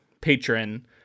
patron